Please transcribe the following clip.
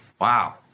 Wow